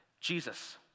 Jesus